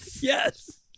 Yes